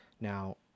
Now